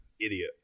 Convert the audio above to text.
idiot